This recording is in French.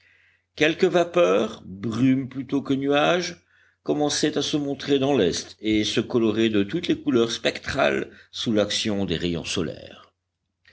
quelques vapeurs brumes plutôt que nuages commençaient à se montrer dans l'est et se coloraient de toutes les couleurs spectrales sous l'action des rayons solaires